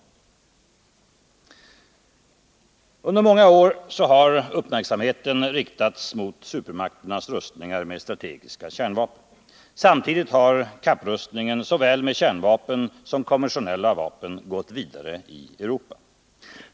Under många år har uppmärksamheten riktats mot supermakternas rustningar med strategiska kärnvapen. Samtidigt har kapprustningen såväl med kärnvapen som med konventionella vapen gått vidare i Europa.